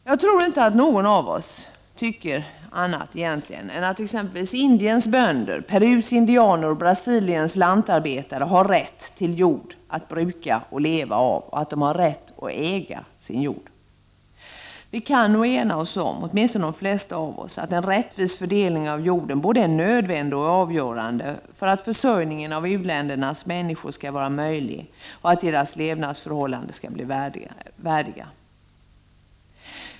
Jag tror inte att någon av oss tycker något annat än att Indiens bönder, Perus indianer och Brasiliens lantarbetare har rätt till jord att bruka och leva av och att de har rätt att äga den jorden. Åtminstone de flesta av oss kan nog enas om att en rättvis fördelning av jorden är både nödvändig och avgörande för att det skall vara möjligt för u-ländernas människor att försörja sig och för att deras levnadsförhållanden skall bli värdiga.